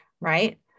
Right